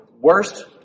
Worst